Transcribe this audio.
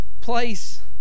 place